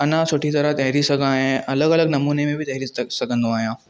अञा सुठी तरह तैरी सघां ऐं अलॻि अलॻि नमूने में बि तैरी सघंदो आहियां